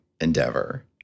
endeavor